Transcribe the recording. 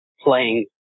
playing